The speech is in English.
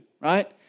right